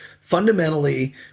fundamentally